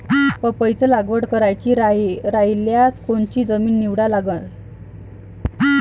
पपईची लागवड करायची रायल्यास कोनची जमीन निवडा लागन?